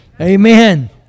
Amen